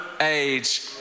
age